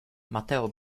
mateo